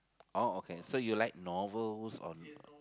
oh okay so you like novels on